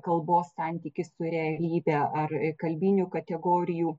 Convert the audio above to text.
kalbos santykis su realybe ar kalbinių kategorijų